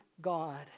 God